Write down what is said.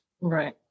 Right